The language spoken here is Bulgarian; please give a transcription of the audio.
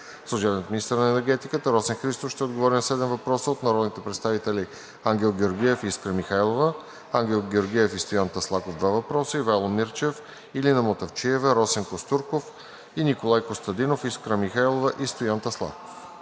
Служебният министър на енергетиката Росен Христов ще отговори на въпроси от народните представители Ангел Георгиев и Искра Михайлова; Ангел Георгиев и Стоян Таслаков – два въпроса; Ивайло Мирчев; Илина Мутафчиева; Росен Костурков; и Николай Костадинов, Искра Михайлова и Стоян Таслаков.